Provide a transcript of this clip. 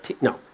No